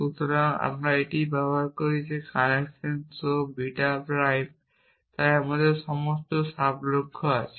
সুতরাং আমরা এটি ব্যবহার করি কানেকশন শো বিটা প্রাইম তাই আমাদের সাব লক্ষ্য আছে